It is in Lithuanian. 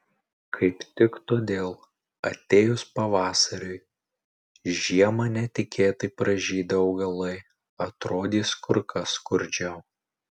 kaip tik todėl atėjus pavasariui žiemą netikėtai pražydę augalai atrodys kur kas skurdžiau